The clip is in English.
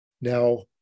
Now